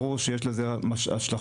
ברור שיש לזה השלכות,